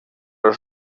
los